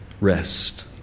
Rest